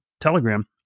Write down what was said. Telegram